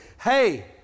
Hey